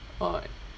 alright